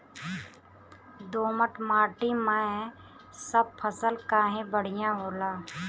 दोमट माटी मै सब फसल काहे बढ़िया होला?